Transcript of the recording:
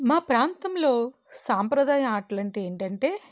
మా ప్రాంతంలో సాంప్రదాయ ఆటలంటే ఏంటంటే